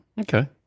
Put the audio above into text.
Okay